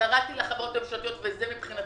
קראתי לחברות הממשלתיות ולמשרדי